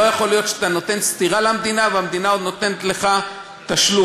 לא יכול להיות שאתה נותן סטירה למדינה והמדינה עוד נותנת לך תשלום.